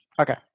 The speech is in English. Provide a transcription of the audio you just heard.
Okay